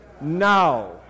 now